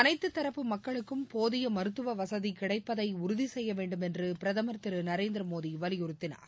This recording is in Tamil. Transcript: அனைத்துதரப்பு மக்களுக்கும் போதிய் மருத்துவ வசதி கிடைப்பதை உறுதி செய்ய வேண்டும் என்று பிரதமர் திரு நரேந்திர மோடி வலியுறுத்தினார்